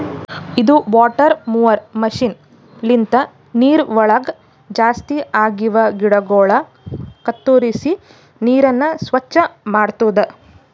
ಇದು water mower machine ಲಿಂತ ನೀರವಳಗ್ ಜಾಸ್ತಿ ಆಗಿವ ಗಿಡಗೊಳ ಕತ್ತುರಿಸಿ ನೀರನ್ನ ಸ್ವಚ್ಚ ಮಾಡ್ತುದ